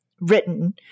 written